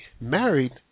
married